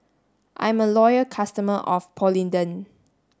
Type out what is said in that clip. I'm a loyal customer of Polident